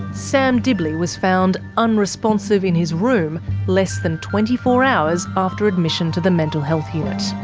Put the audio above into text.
sam dibley was found unresponsive in his room less than twenty four hours after admission to the mental health unit.